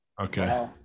Okay